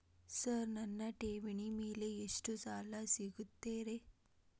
Sir ನನ್ನ ಠೇವಣಿ ಮೇಲೆ ಎಷ್ಟು ಸಾಲ ಸಿಗುತ್ತೆ ರೇ?